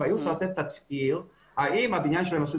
צריכים למלא תצהיר האם הבניין שלהם בנוי